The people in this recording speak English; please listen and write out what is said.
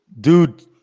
Dude